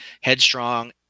headstrong